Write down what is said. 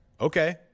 Okay